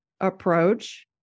approach